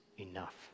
enough